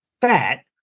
fat